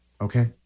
Okay